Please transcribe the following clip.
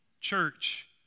church